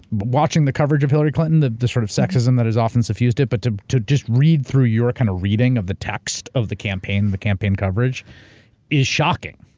watching the coverage of hillary clinton, the the sort of sexism that has often suffused it, but to to just read through your kind of reading of the text of the campaign, the campaign coverage is shocking.